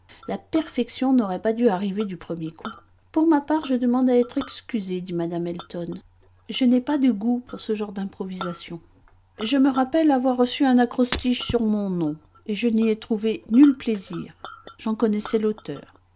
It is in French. la perfection n'aurait pas dû arriver du premier coup pour ma part je demande à être excusée dit mme elton je n'ai pas de goût pour ce genre d'improvisation je me rappelle avoir reçu un acrostiche sur mon nom et je n'y au trouvé nul plaisir j'en connaissais l'auteur